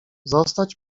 zostać